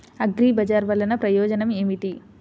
అగ్రిబజార్ వల్లన ప్రయోజనం ఏమిటీ?